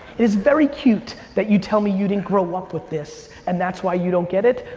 is very cute that you tell me you didn't grow up with this and that's why you don't get it,